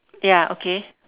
ya okay